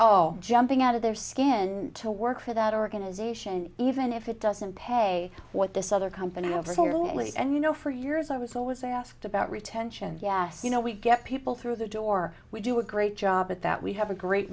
oh jumping out of their skin to work for that organization even if it doesn't take a what this other company over here lately and you know for years i was always asked about retention yes you know we get people through the door we do a great job at that we have a great